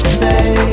say